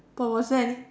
but was there any